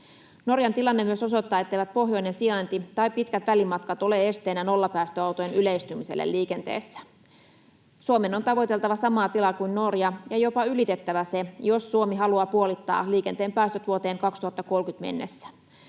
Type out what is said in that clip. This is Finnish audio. Norjan tilanne myös osoittaa, etteivät pohjoinen sijainti tai pitkät välimatkat ole esteenä nollapäästöautojen yleistymiselle liikenteessä. Suomen on tavoiteltava samaa tilaa kuin Norja ja jopa ylitettävä se, jos Suomi haluaa puolittaa liikenteen päästöt vuoteen 2030 mennessä.